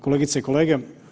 Kolegice i kolege.